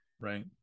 Right